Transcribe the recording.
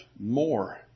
more